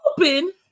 open